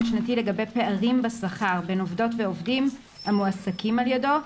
שנתי לגבי פערים בשכר בין עובדות ועובדים המועסקים על ידו,